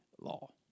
law